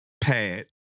pad